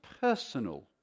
personal